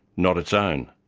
not its own.